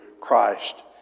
Christ